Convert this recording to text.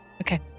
Okay